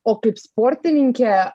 o kaip sportininkė